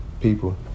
people